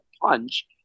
punch